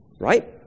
Right